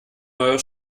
neuer